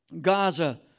Gaza